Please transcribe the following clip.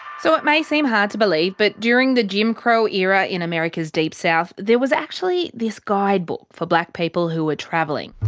so, it may seem hard to believe but. during the jim crow era in america's deep south there was actually this guide book for black people who were travelling.